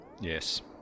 Yes